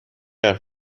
حرف